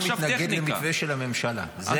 גיל לימון מתנגד למתווה של הממשלה,